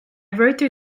through